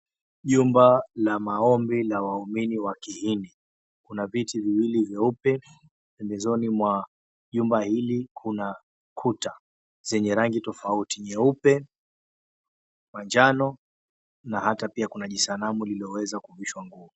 Jumba la maombi la waumini wa kihindi. Kuna viti viwili vyeupe. Pembezoni mwa 𝑗umba hili kuna kuta zenye rangi tofauti; nyeupe, manjano na hata pia kuna j𝑖𝑠𝑎namu lililoweza kuvishwa nguo.